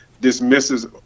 dismisses